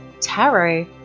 tarot